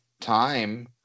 time